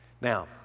Now